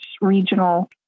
regional